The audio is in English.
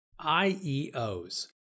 IEOs